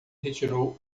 retirou